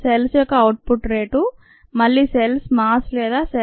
cells యొక్క output rate మళ్లీ cells mass లేదా సెల్స్ సంఖ్య 0